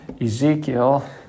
Ezekiel